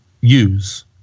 use